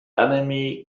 enemy